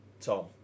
Tom